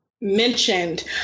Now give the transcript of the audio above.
mentioned